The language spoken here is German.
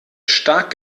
stark